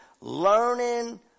learning